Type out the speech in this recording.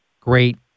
great